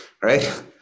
right